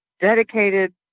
dedicated